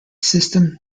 system